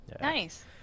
Nice